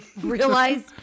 realized